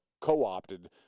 co-opted